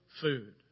food